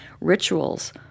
rituals